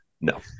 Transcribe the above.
No